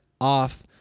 off